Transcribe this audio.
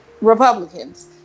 Republicans